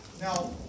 Now